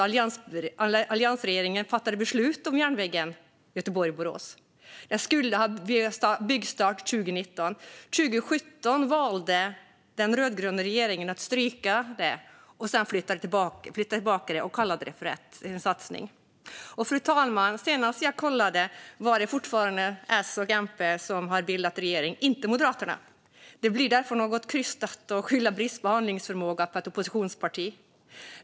Alliansregeringen fattade faktiskt beslut om järnvägen Göteborg-Borås. Byggstart skulle vara 2019. År 2017 valde den rödgröna regeringen att stryka det. Sedan flyttade man tillbaka det och kallade det för en satsning. Fru talman! Senast jag kollade var det fortfarande S och MP som bildat regering, inte Moderaterna. Det blir därför något krystat att skylla brist på handlingsförmåga på ett oppositionsparti.